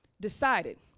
decided